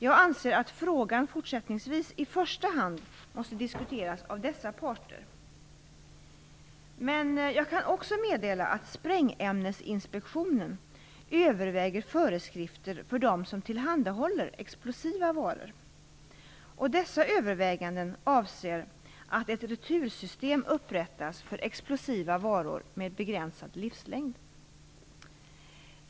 Jag anser att frågan fortsättningsvis i första hand måste diskuteras av dessa parter. Jag kan också meddela att Sprängämnesinspektionen överväger föreskrifter för dem som tillhandahåller explosiva varor. Dessa överväganden innebär att ett retursystem upprättas för explosiva varor med begränsad livslängd.